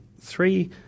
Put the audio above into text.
three